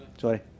Sorry